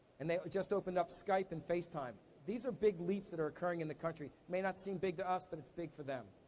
and they just opened up skype and face time. these are big leaps that occurring in the country. may not seem big to us, but it's big for them.